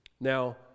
Now